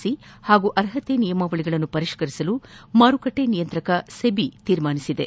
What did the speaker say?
C ಹಾಗೂ ಅರ್ಹತೆ ನಿಯಮಾವಳಿಗಳನ್ನು ಪರಿಷ್ಠರಿಸಲು ಮಾರುಕಟ್ಲೆ ನಿಯಂತ್ರಕ ಸೆಬಿ ನಿರ್ಧರಿಸಿದೆ